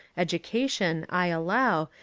education, i allow,